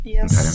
Yes